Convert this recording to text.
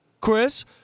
Chris